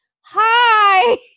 Hi